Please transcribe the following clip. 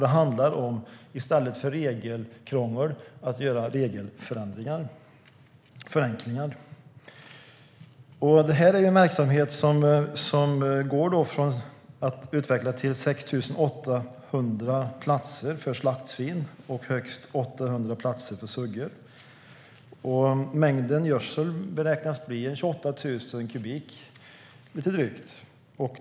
Det handlar om regelförenklingar i stället för regelkrångel. Verksamheten går att utveckla till 6 800 platser för slaktsvin och högst 800 platser för suggor. Mängden gödsel beräknas till 28 000 kubik, lite drygt.